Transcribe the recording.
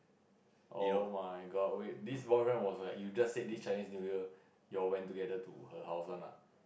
you know